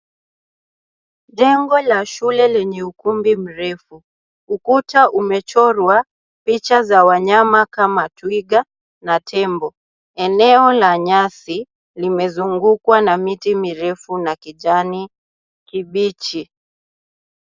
Jengo la shule lenye ukumbi mrefu. Ukuta umechorwa picha za wanyama kama twiga na tembo. Eneo la nyasi limezungukwa na miti mirefu na kijani kibichi.